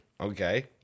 okay